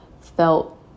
felt